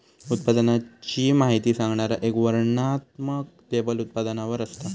उत्पादनाची माहिती सांगणारा एक वर्णनात्मक लेबल उत्पादनावर असता